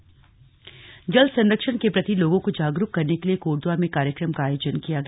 जल संरक्षण जल संरक्षण के प्रति लोगों को जागरूक करने के लिए कोटद्वार में कार्यक्रम का आयोजन किया गया